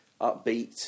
upbeat